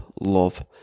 love